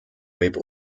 võib